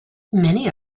many